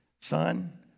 son